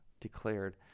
declared